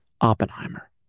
Oppenheimer